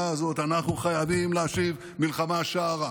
הזאת אנחנו חייבים להשיב מלחמה שערה.